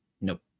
Nope